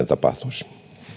tapahtuisi